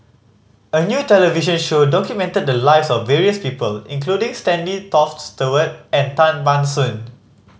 a new television show documented the lives of various people including Stanley Toft Stewart and Tan Ban Soon